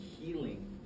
healing